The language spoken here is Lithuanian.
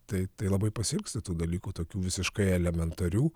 tai labai pasiilgsti tų dalykų tokių visiškai elementarių